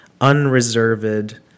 unreserved